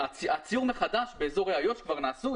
הציור מחדש באזור איו"ש כבר נעשה,